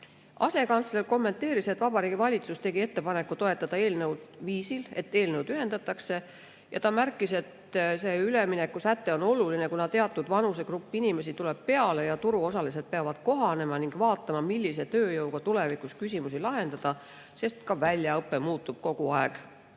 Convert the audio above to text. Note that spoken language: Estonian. Asekantsler kommenteeris, et Vabariigi Valitsus tegi ettepaneku toetada eelnõu viisil, et eelnõud ühendatakse. Ta märkis ka, et see üleminekusäte on oluline, kuna teatud vanusegrupp inimesi tuleb peale ja turuosalised peavad kohanema ning vaatama, millise tööjõuga tulevikus küsimusi lahendada, sest ka väljaõpe muutub kogu